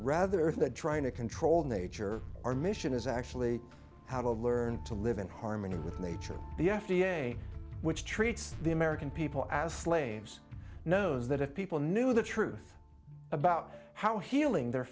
earth that trying to control nature our mission is actually how to learn to live in harmony with nature the f d a which treats the american people as flames knows that if people knew the truth about how healing their